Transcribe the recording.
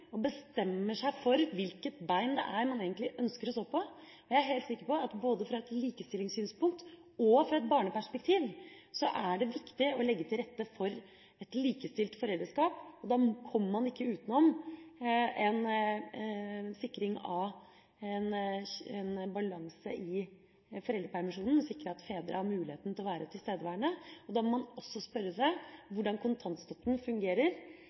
seg for hvilket bein man egentlig ønsker å stå på. Jeg er helt sikker på at det både fra et likestillingssynspunkt og fra et barneperspektiv er viktig å legge til rette for et likestilt foreldreskap. Da kommer man ikke utenom en sikring av balansen i foreldrepermisjonen – å sikre at fedre har muligheten til å være tilstedeværende – og da må man også spørre seg hvordan kontantstøtten fungerer